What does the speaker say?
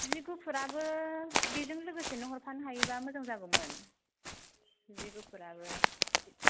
जि गुफुराबो बेजों लोगोसेनो हरफानो हायोब्ला मोजां जागौमोन जि गुफुराबो